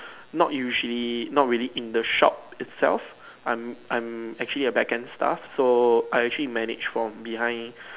not usually not really in the shop itself I'm I'm actually a backend staff so I actually manage from behind